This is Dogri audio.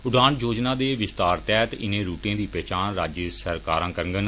उड़ान योजना दे विस्तार तैहत इनें रूटे दी पहचान राज्य सरकारा करगन